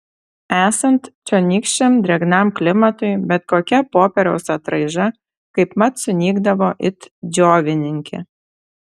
esant čionykščiam drėgnam klimatui bet kokia popieriaus atraiža kaipmat sunykdavo it džiovininkė